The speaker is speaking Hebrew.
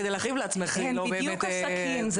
כדי להכאיב לעצמך כאילו -- בדיוק הסכין,